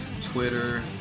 Twitter